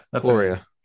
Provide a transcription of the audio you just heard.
Gloria